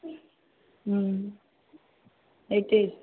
সেইটোৱেই